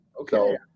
Okay